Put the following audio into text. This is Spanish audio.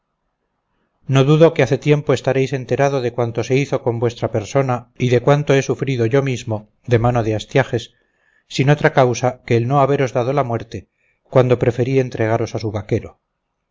no dudo que hace tiempo estaréis enterado de cuanto se hizo con vuestra persona y de cuanto he sufrido yo mismo de mano de astiages sin otra causa que el no haberos dado la muerte cuando preferí entregaros a su vaquero